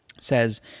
says